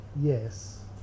yes